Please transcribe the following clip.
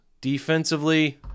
Defensively